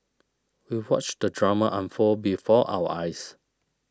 we watched the drama unfold before our eyes